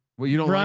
well you don't,